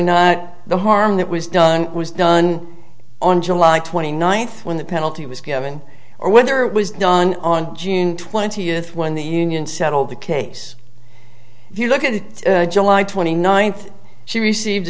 not the harm that was done was done on july twenty ninth when the penalty was given or whether it was done on june twentieth when the union settled the case if you look at it july twenty ninth she received a